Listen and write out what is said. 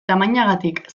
tamainagatik